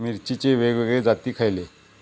मिरचीचे वेगवेगळे जाती खयले?